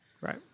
Right